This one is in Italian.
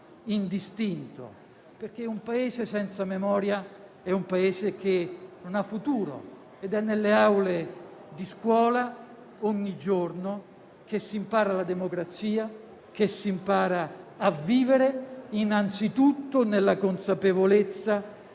indistinto, perché un Paese senza memoria è un Paese che non ha futuro, ed è nelle aule di scuola ogni giorno che si impara la democrazia; è lì che si impara a vivere, anzitutto nella consapevolezza